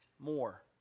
More